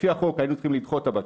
אנחנו לא יכולים לדעת.